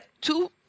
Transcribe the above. two